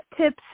tips